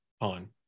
on